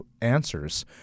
answers